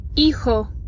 Hijo